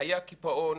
היה קיפאון